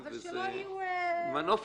ענת, את מערבבת כמה מושגים.